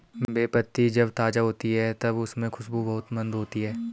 बे पत्ती जब ताज़ा होती है तब उसमे खुशबू बहुत मंद होती है